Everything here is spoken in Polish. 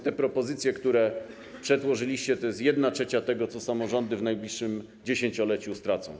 Te propozycje, które przedłożyliście, to jest 1/3 tego, co samorządy w najbliższym dziesięcioleciu stracą.